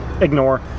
ignore